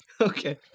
Okay